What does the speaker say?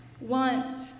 want